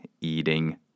eating